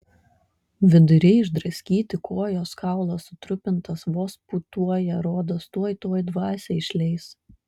viduriai išdraskyti kojos kaulas sutrupintas vos pūtuoja rodos tuoj tuoj dvasią išleis